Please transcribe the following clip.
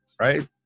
right